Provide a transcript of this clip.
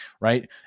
right